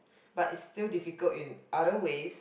but it's still difficult in other ways